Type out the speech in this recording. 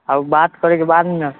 अब बात करैके बादमे